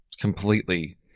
completely